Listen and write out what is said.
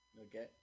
Okay